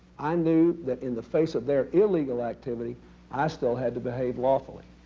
i knew that in the face of their illegal activity i still had to behave lawfully.